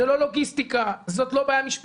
זאת לא לוגיסטיקה, זאת לא בעיה משפטית.